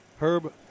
Herb